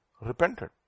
repented